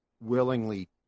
willingly